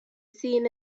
seen